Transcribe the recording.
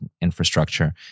infrastructure